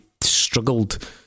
struggled